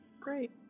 Great